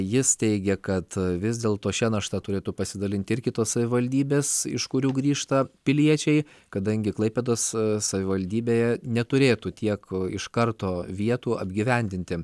jis teigė kad vis dėlto šia našta turėtų pasidalinti ir kitos savivaldybės iš kurių grįžta piliečiai kadangi klaipėdos savivaldybėje neturėtų tiek iš karto vietų apgyvendinti